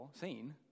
seen